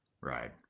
Right